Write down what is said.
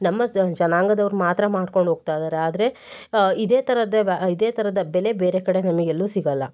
ನಮ್ಮ ಜನಾಂಗದವ್ರು ಮಾತ್ರ ಮಾಡ್ಕೊಂಡು ಹೋಗ್ತಾ ಇದ್ದಾರೆ ಆದರೆ ಇದೇ ಥರದ ವ್ಯಾ ಇದೇ ಥರದ ಬೆಲೆ ಬೇರೆ ಕಡೆ ನಮಗೆಲ್ಲು ಸಿಗೊಲ್ಲ